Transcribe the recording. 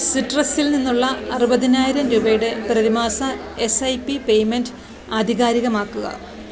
സിട്രസിൽ നിന്നുള്ള അറുപതിനായിരം രൂപയുടെ പ്രതിമാസ എസ് ഐ പി പേയ്മെൻ്റ് ആധികാരികമാക്കുക